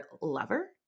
lover